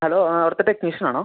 hello ആ അവിടുത്തെ ടെക്നീഷ്യനാണൊ